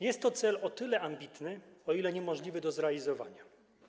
Jest to cel o tyle ambitny, o ile niemożliwy do zrealizowania.